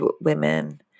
women